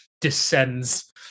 descends